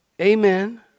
Amen